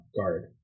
guard